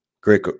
Great